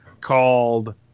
called